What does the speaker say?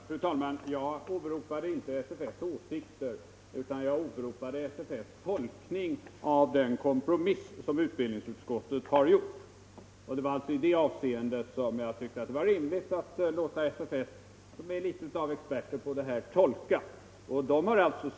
Fru talman! Jag åberopade inte Sveriges förenade studentkårers åsikter utan deras tolkning av utbildningsutskottets kompromiss. Jag tyckte det var rimligt att låta SFS, som är något av experter på detta, göra en tolkning.